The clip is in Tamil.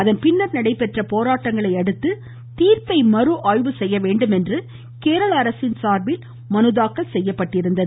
அதன்பின்னர் நடைபெற்ற போராட்டங்களை அடுத்து தீர்ப்பை மறுஆய்வு செய்யவேண்டுமென கேரள அரசின் சார்பில் மனுத்தாக்கல் செய்யப்பட்டிருந்தது